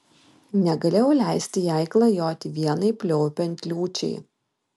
negalėjau leisti jai klajoti vienai pliaupiant liūčiai